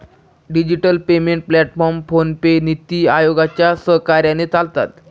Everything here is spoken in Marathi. डिजिटल पेमेंट प्लॅटफॉर्म फोनपे, नीति आयोगाच्या सहकार्याने चालतात